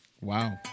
wow